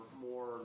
more